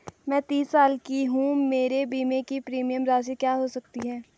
मैं तीस साल की हूँ मेरे बीमे की प्रीमियम राशि क्या हो सकती है?